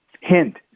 Hint